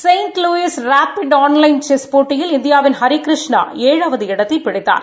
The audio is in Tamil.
Saint Louis rapid online chess போட்டியில் இந்தியாவின் ஹரி கிருஷ்ணா ஏழாவது இடத்தை பிடித்தார்